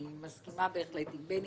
אני מסכימה בהחלט עם בני